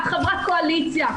את חברת קואליציה.